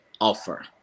offer